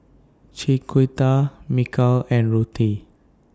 Chiquita Mikal and Ruthe